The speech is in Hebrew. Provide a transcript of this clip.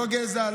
לא גזע,